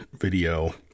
video